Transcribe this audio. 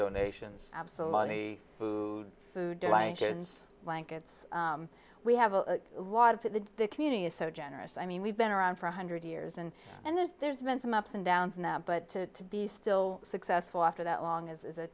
donations absolutely food food blankets we have a lot of the community is so generous i mean we've been around for a hundred years and and there's there's been some ups and downs now but to be still successful after that long is